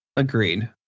Agreed